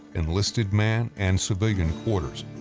enlisted man and civilian quarters,